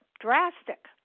Drastic